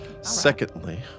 Secondly